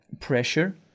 pressure